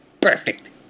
perfect